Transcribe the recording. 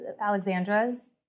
alexandra's